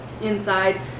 inside